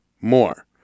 more